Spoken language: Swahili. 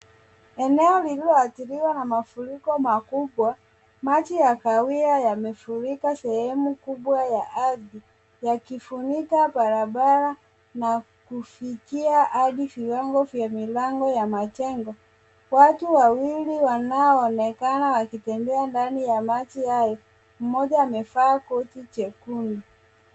Eneo lililoathiriwa na mafuriko makubwa maji ya kahawia yamefurika sehemu kubwa ya ardhi yakifunika barabara na kufikia hadi viwango vya milango ya majengo. Watu wawili wanaoonekana wakitembea ndani ya maji hayo, mmoja amevaa koti jekundu.